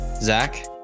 Zach